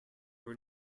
were